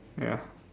ya